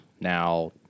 now